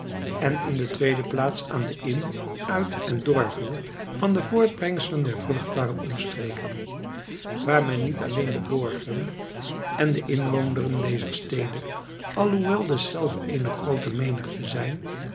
en in de tweede plaats aan den in uit en doorvoer van de voortbrengselen der vruchtbare omstreken waer mede niet alleen de borgeren en de inwoonderen deser stede alhoewel deselve een groote menichte zijn